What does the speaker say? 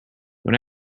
when